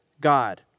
God